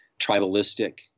tribalistic